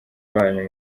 banyu